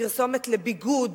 פרסומת לביגוד.